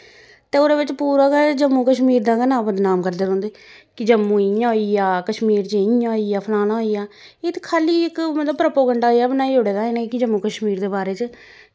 ते ओह्दे बिच पूरा गै जम्मू कश्मीर दा गै नांऽ बदनाम करदे रौहंदे कि जम्मू ई इ'यां होइया कश्मीर च इ'यां होइया फलानां होइया एह् ते खा'ल्ली इक मतलब प्रोपोगेंडा जेहा बनाई ओड़े दा इ'नें कि जम्मू कश्मीर दे बारे च